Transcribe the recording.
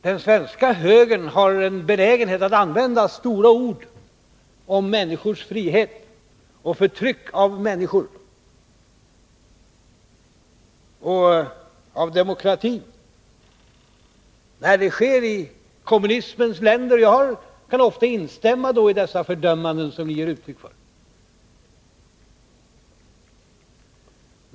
Den svenska högern har en benägenhet att använda stora ord om människors frihet och om förtryck av människor och av demokratin, när förtrycket sker i kommunismens länder. Jag kan då ofta instämma i de fördömanden som ni ger uttryck för.